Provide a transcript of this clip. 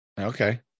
Okay